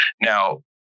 Now